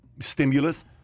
stimulus